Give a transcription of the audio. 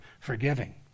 Forgiving